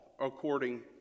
according